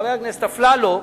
חבר הכנסת אפללו,